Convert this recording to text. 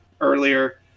earlier